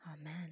Amen